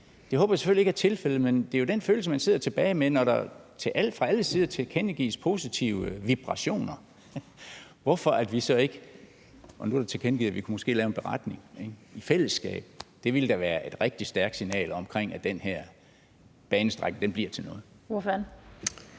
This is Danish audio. Det håber jeg selvfølgelig ikke er tilfældet, men det er jo den følelse, man sidder tilbage med. Fra alle sider kommer der positive vibrationer, og nu er der tilkendegivet, at vi måske kan lave en beretning i fællesskab. Det ville da være et rigtig stærkt signal om, at den her banestrækning bliver til noget. Kl.